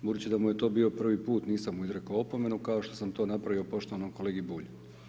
Budući da mu je to bio prvi put nisam mu izreko opomenu, kao što sam to napravio poštovanom kolegi Bulju.